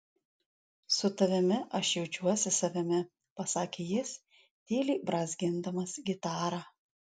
su tavimi aš jaučiuosi savimi pasakė jis tyliai brązgindamas gitarą